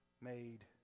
made